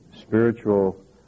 spiritual